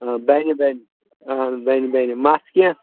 بَنہِ بَنہِ اہن حظ بَنہِ بَنہِ مَژھ کینٛہہ